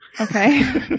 Okay